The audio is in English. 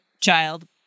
child